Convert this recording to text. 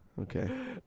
Okay